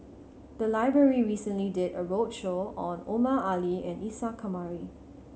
the library recently did a roadshow on Omar Ali and Isa Kamari